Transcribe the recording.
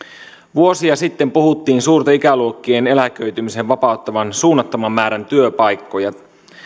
vuosia sitten puhuttiin suurten ikäluokkien eläköitymisen vapauttavan suunnattoman määrän työpaikkoja